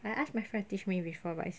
I ask my friend to teach me before buy it's